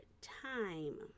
time